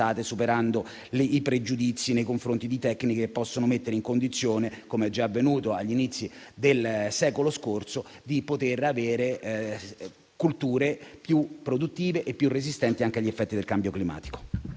superando i pregiudizi nei confronti di tecniche che ci possono mettere in condizione, come già avvenuto agli inizi del secolo scorso, di avere colture più produttive e più resistenti agli effetti del cambio climatico.